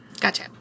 Gotcha